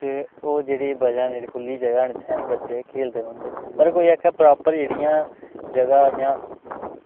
ते ओह् जेह्ड़ी खुल्ली जगह बच्चे उत्थें खेल्लदे रौहंदे अगर कोई आक्खै प्रॉपर जगह जेह्ड़ियां